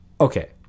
Okay